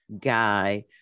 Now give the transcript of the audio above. guy